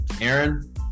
Aaron